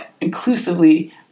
inclusively